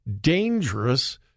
dangerous